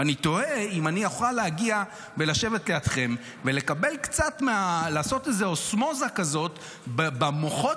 אני תוהה אם אני אוכל להגיע ולשבת לידכם ולעשות איזו אוסמוזה כזאת במוחות